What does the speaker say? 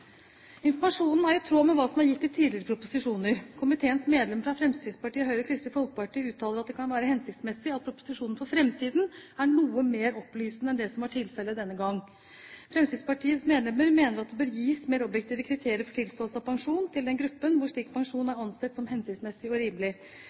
Informasjonen er i tråd med hva som er gitt i tidligere proposisjoner. Komiteens medlemmer fra Fremskrittspartiet, Høyre og Kristelig Folkeparti uttaler at det kan være hensiktsmessig at proposisjonen for fremtiden er noe mer opplysende enn det som var tilfellet denne gang. Fremskrittspartiets medlemmer mener at det bør gis mer objektive kriterier for tilståelse av pensjon til den gruppen hvor slik pensjon